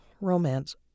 romance